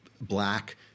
black